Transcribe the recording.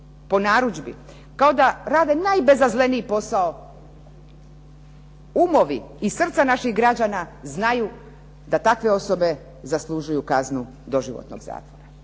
po narudžbi kao da rade najbezazleniji posao, umovi i srca naših građana znaju da takve osobe zaslužuju kaznu doživotnog zatvora.